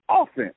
offense